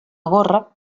gorra